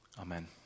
Amen